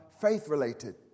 faith-related